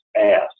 ask